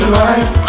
life